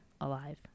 alive